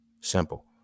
Simple